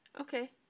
Okay